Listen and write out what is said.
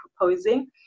proposing